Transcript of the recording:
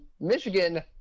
Michigan